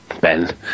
Ben